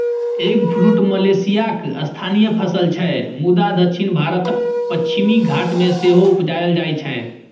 eggfruit मलेशियाक स्थानीय फसल छै मुदा दक्षिण भारतक पश्चिमी घाट मे सेहो उपजाएल जाइ छै